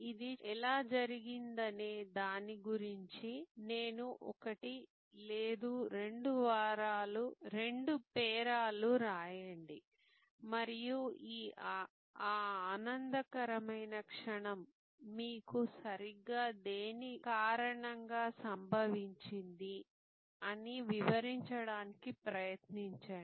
ఇది ఎలా జరిగిందనే దాని గురించి నేను ఒకటి లేదా రెండు పేరాలు వ్రాయండి మరియు ఆ ఆనందకరమైన క్షణం మీకు సరిగ్గా దేని కణంగా సంభవించింది అని వివరించడానికి ప్రయత్నించండి